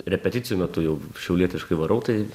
repeticijų metu jau šiaulietiškai varau tai